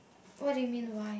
what do you mean why